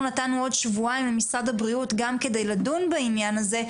אנחנו נתנו עוד שבועיים למשרד הבריאות גם כדי לדון בעניין הזה,